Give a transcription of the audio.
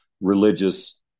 religious